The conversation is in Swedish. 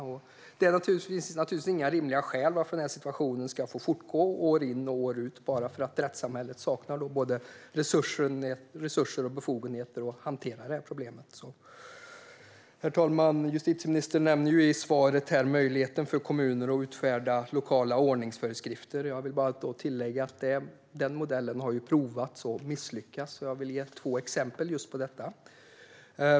Det finns naturligtvis inte några rimliga skäl till varför den situationen ska få fortgå år in och år ut bara för att rättssamhället saknar både resurser och befogenheter att hantera problemet. Herr talman! Justitieministern nämner i svaret möjligheten för kommuner att utfärda lokala ordningsföreskrifter. Jag vill bara tillägga att den modellen har provats och misslyckats. Jag vill ge två exempel på detta.